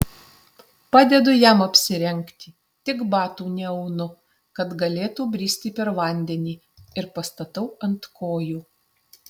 padedu jam apsirengti tik batų neaunu kad galėtų bristi per vandenį ir pastatau ant kojų